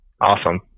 awesome